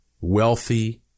wealthy